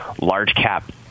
large-cap